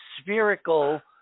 spherical